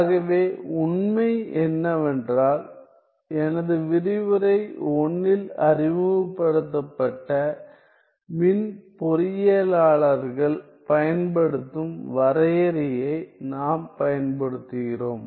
ஆகவே உண்மை என்னவென்றால் எனது விரிவுரை 1 இல் அறிமுகப்படுத்தப்பட்ட மின் பொறியியலாளர்கள் பயன்படுத்தும் வரையறையை நாம் பயன்படுத்துகிறோம்